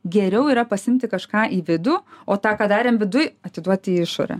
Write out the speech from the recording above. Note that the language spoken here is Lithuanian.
geriau yra pasiimti kažką į vidų o tą ką darėm viduj atiduoti į išorę